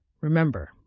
Remember